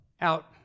out